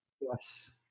Yes